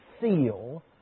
seal